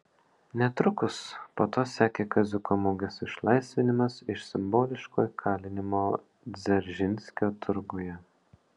netrukus po to sekė kaziuko mugės išlaisvinimas iš simboliško įkalinimo dzeržinskio turguje